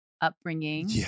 upbringing